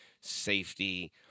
safety